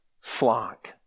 flock